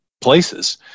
places